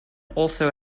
also